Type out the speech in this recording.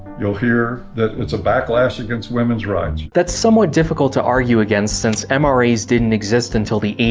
you'll hear that it's a backlash against women's rights. that's somewhat difficult to argue against, since um ah mras didn't exist until the eighty